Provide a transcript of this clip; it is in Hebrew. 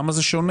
למה זה שונה?